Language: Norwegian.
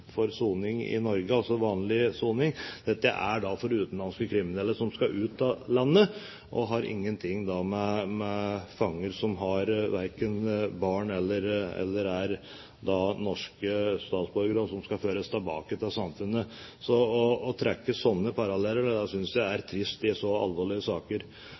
utenlandske kriminelle som skal ut av landet, og det har ingenting med fanger som har barn eller er norske statsborgere som skal føres tilbake til samfunnet, å gjøre. Å trekke sånne paralleller synes jeg er trist i så alvorlige saker.